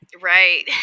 right